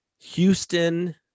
Houston